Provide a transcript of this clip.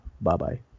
Bye-bye